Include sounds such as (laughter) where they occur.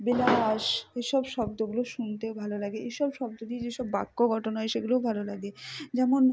বেলাশ (unintelligible) এই সব শব্দগুলো শুনতে ভালো লাগে এসব শব্দ দিয়ে যে সব বাক্য গঠন হয় সেগুলোও ভালো লাগে যেমন